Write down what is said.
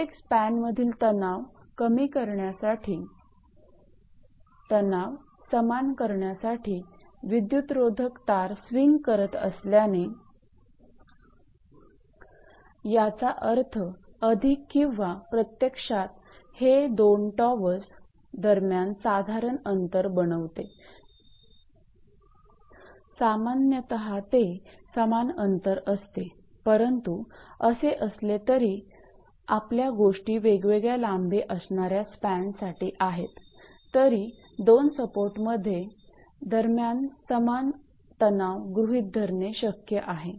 प्रत्येक स्पॅनमधील तणाव समान करण्यासाठी विद्युतरोधक तार स्विंग करीत असल्याने याचा अर्थ अधिक किंवा प्रत्यक्षात हे दोन टॉवर्स दरम्यान साधारणपणे अंतर बनविते सामान्यत ते समान अंतर असते परंतु असे असले तरी आपल्या गोष्टी वेगवेगळ्या लांबी असणाऱ्या स्पॅनसाठी आहेत तरी 2 सपोर्टमध्ये दरम्यान समान तणाव गृहित धरणे शक्य आहे